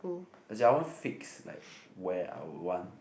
as I want fix like where I would want